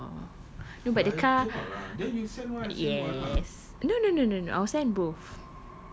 inshaallah no but the car yes no no no no no I will send both